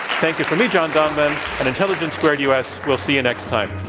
thank you from me, john donvan at intelligence squared u. s. we'll see you next time.